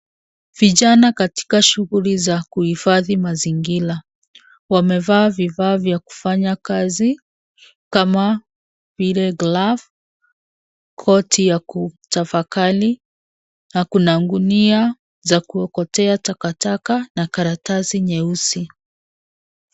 Vijana katika shughuli za kuhifadhi mazingira. Wamevaa vifaa vya kufanya kazi kama vile glove koti ya kutafakari, na kuna gunia za kuokotea taka taka ,na karatasi nyeusi.